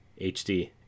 HD